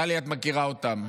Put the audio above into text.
טלי, את מכירה אותם.